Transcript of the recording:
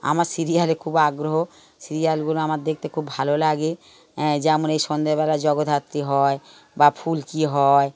আমার সিরিয়ালে খুব আগ্রহ সিরিয়ালগুলো আমার দেখতে খুব ভালো লাগে হ্যাঁ যেমন এই সন্ধেবেলা জগদ্ধাত্রী হয় বা ফুলকি হয়